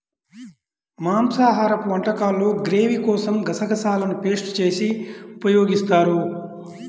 మాంసాహరపు వంటకాల్లో గ్రేవీ కోసం గసగసాలను పేస్ట్ చేసి ఉపయోగిస్తారు